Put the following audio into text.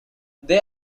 they